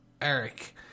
Eric